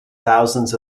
thousands